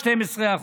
12%,